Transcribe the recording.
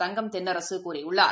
தங்கம் தென்னரசுகூறியுள்ளார்